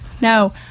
No